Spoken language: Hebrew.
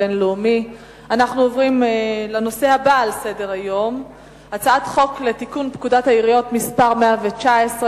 אנו עוברים להצעת חוק לתיקון פקודת העיריות (מס' 119),